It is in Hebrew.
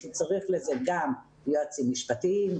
כי צריך לזה גם יועצים משפטיים,